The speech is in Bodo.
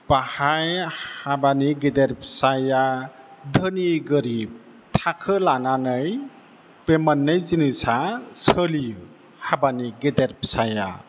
बाहाय हाबानि गेदेर फिसाया धोनि गोरिब थाखो लानानै बे मोननै जिनिसा सोलियो हाबानि गेदेर फिसाया